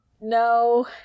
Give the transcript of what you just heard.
No